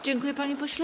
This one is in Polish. Dziękuję, panie pośle.